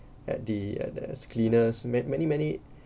at the at as cleaners ma~ many many